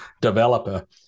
developer